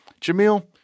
Jamil